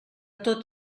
tot